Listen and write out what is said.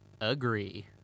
agree